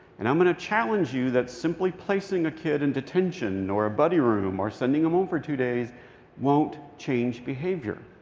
and i'm going to challenge you that simply placing a kid in detention or a buddy room or sending them home for two days won't change behavior.